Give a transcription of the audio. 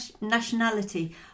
nationality